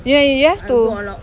ya ya you have to